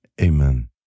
Amen